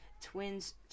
Twins